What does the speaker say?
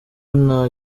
nta